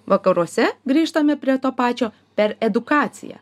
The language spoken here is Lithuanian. vakaruose grįžtame prie to pačio per edukaciją